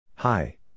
Hi